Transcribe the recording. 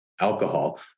alcohol